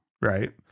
right